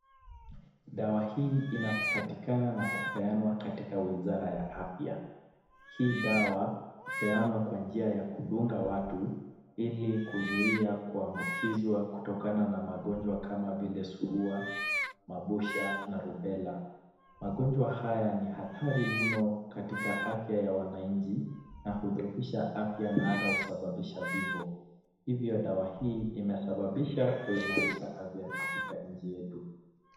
Dawa hii inapatikana na kupeanwa katika wizara ya afya. Hii dawa hupeanwa kwa njia ya kudunga watu ili kuzuia kuambukizwa kutokana na magonjwa kama vile surua, magusha na rubela. Magonjwa haya ni hatari mno katika afya ya wananchi na hudhofisha afya na hata husababisha vifo. Hivyo dawa inasababisha kuimarisha afya katika nchi yetu.